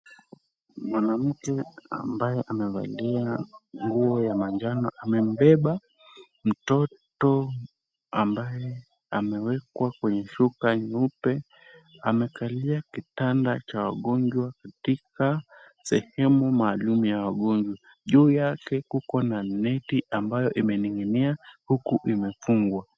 Mwanamke ambaye amevalia nguo ya manjano amembeba mtoto ambaye amewekwa kwenye shuka nyeupe. Amekalia kitanda cha wagonjwa katika sehemu maalum ya wagonjwa. Juu yake kuko na neti ambayo imening'inia huku imefungwa.